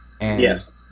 Yes